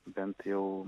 bent jau